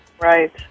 Right